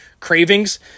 cravings